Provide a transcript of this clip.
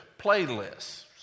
playlists